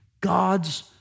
God's